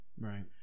Right